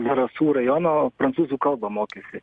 zarasų rajono prancūzų kalbą mokėsi